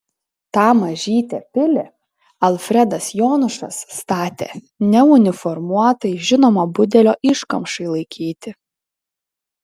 tą mažytę pilį alfredas jonušas statė ne uniformuotai žinomo budelio iškamšai laikyti